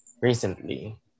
recently